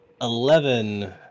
Eleven